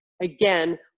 Again